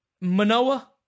Manoa